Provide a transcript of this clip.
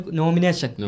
nomination